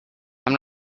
i’m